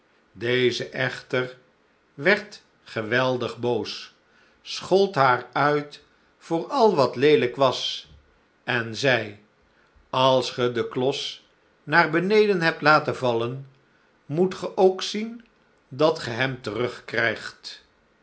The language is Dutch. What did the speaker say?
deze echter werd geweldig boos schold haar uit voor al wat leelijk was en zei als ge den klos naar beneden hebt laten vallen moet ge ook zien dat ge hem terug